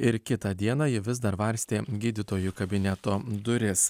ir kitą dieną ji vis dar varstė gydytojų kabineto duris